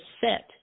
set